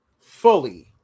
fully